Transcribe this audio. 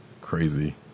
crazy